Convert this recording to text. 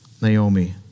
Naomi